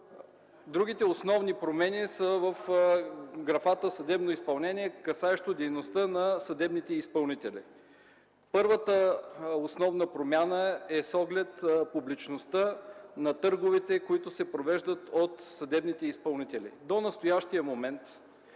Другите основни промени са в графата съдебно изпълнение, касаещо дейността на съдебните изпълнители. Първата основна промяна е с оглед публичността на търговете, които се провеждат от съдебните изпълнители. До настоящия момент